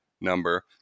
number